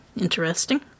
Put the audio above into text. interesting